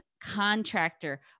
contractor